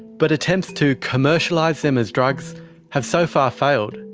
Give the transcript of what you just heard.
but attempts to commercialise them as drugs have so far failed.